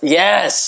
yes